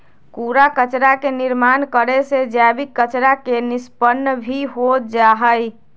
कूड़ा कचरा के निर्माण करे से जैविक कचरा के निष्पन्न भी हो जाहई